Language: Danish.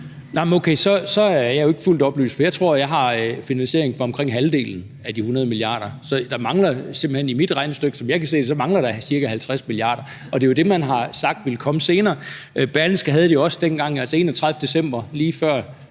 så er jeg jo ikke fuldt oplyst, for jeg tror, at jeg har finansiering for omkring halvdelen af de 100 mia. kr., og som jeg kan se det i mit regnestykke, så mangler der ca. 50 mia. kr. Og det er jo det, man har sagt ville komme senere. Berlingske havde jo også dengang, altså den 31. december, lige før